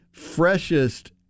freshest